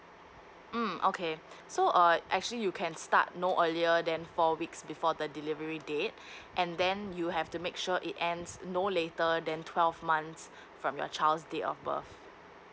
mm okay so err actually you can start no earlier than four weeks before the delivery date and then you have to make sure it ends no later than twelve months from your child's date of birth